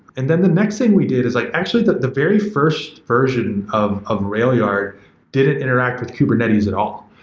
and then the next thing we did is like actually, the the very first version of of railyard didn't interact with kubernetes at all.